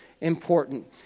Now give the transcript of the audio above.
important